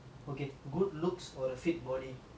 what would you prefer